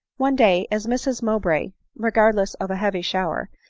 one day as mrs mowbray, regardless of a heavy shower,